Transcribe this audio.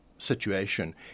Situation